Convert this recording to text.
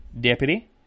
Deputy